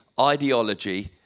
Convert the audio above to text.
ideology